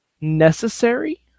necessary